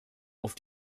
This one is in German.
auf